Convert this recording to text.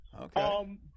Okay